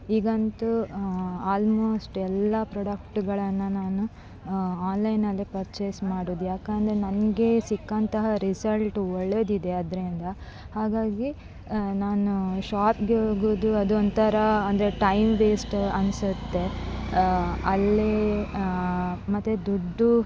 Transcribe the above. ಈಗಂತು almost ಎಲ್ಲ ಪ್ರಾಡಕ್ಟ್ಗಳನ್ನು ನಾನು ಆನ್ಲೈನಲ್ಲೇ ಪರ್ಚೇಸ್ ಮಾಡುವುದು ಯಾಕೆಂದ್ರೆ ನನಗೆ ಸಿಕ್ಕಂತಹ ರಿಸಲ್ಟ್ ಒಳ್ಳೆಯದಿದೆ ಅದರಿಂದ ಹಾಗಾಗಿ ನಾನು ಶಾಪಿಗೆ ಹೋಗುವುದು ಅದೊಂಥರ ಅಂದರೆ ಟೈಮ್ ವೇಸ್ಟ್ ಅನಿಸುತ್ತೆ ಅಲ್ಲಿ ಮತ್ತು ದುಡ್ಡು